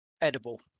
Edible